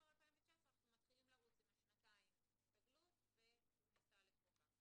ואז מתחילים לרוץ עם שנתיים של הסתגלות וכניסה לחובה.